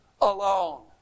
alone